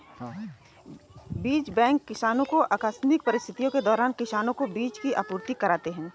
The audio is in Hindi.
बीज बैंक किसानो को आकस्मिक परिस्थितियों के दौरान किसानो को बीज की आपूर्ति कराते है